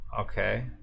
Okay